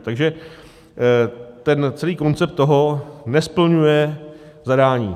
Takže ten celý koncept toho nesplňuje zadání.